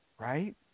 right